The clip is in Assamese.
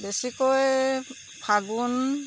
বেছিকৈ ফাগুণ